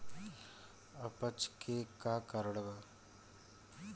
अपच के का कारण बा?